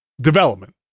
development